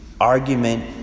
argument